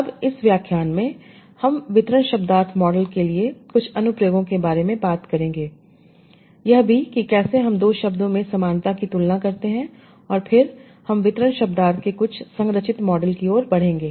अब इस व्याख्यान में हम डिस्ट्रीब्यूशन सेमांटिक्स मॉडल के लिए कुछ अनु प्रयोगों के बारे में बात करेंगे यह भी कि कैसे हम दो शब्दों में समानता की तुलना करते हैं और फिर हम डिस्ट्रीब्यूशन सेमांटिक्स के कुछ संरचित मॉडल की ओर बढ़ेंगे